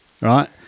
right